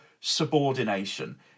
subordination